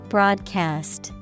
Broadcast